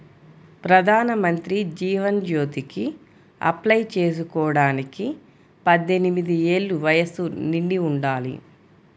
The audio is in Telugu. ప్రధానమంత్రి జీవన్ జ్యోతికి అప్లై చేసుకోడానికి పద్దెనిది ఏళ్ళు వయస్సు నిండి ఉండాలి